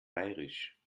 bairisch